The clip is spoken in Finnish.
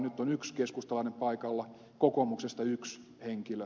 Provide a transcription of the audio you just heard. nyt on yksi keskustalainen paikalla kokoomuksesta yksi henkilö